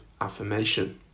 affirmation